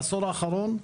בעשור האחרון,